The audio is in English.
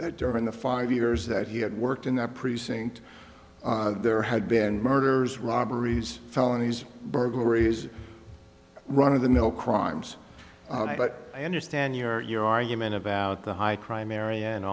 that during the five years that he had worked in that precinct there had been murders robberies felonies burglaries run of the mill crimes but i understand your your argument about the high crime area and